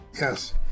Yes